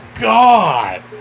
god